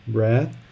Breath